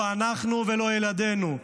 לא אנחנו ולא ילדינו.